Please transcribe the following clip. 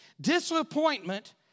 Disappointment